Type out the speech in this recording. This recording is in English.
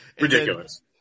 Ridiculous